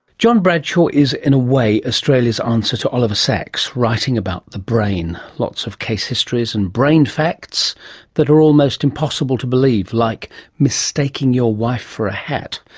john bradshaw is, in a way, australia's answer to oliver sacks writing about the brain. lots of case histories and brain facts that are almost impossible to believe, like mistaking your wife for a hat.